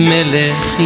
Melech